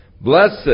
blessed